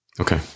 Okay